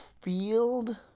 field